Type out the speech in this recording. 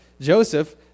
Joseph